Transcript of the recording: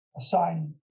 Assign